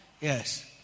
Yes